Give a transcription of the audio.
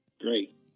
Great